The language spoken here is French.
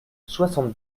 soixante